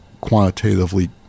quantitatively